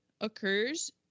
occurs